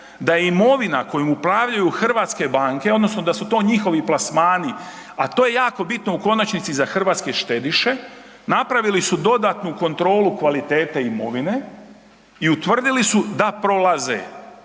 da imovina kojom upravljaju hrvatske banke odnosno da su to njihovi plasmani, a to je jako bitno u konačnici za hrvatske štediše, napravili su dodatnu kontrolu kvalitete imovine i utvrdili su da prolaze,